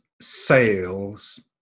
sales